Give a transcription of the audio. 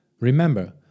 Remember